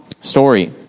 story